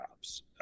jobs